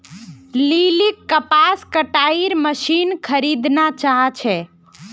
लिलीक कपास कटाईर मशीन खरीदना चाहा छे